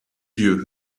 lieu